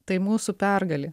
tai mūsų pergalė